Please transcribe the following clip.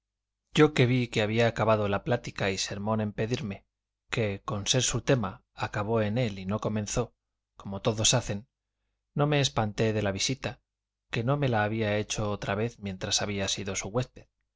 yo que vi que había acabado la plática y sermón en pedirme que con ser su tema acabó en él y no comenzó como todos hacen no me espanté de la visita que no me la había hecho otra vez mientras había sido su huésped